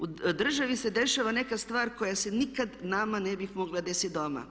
U državi se dešava neka stvar koja se nikad nama ne bih mogla desit doma.